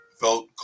felt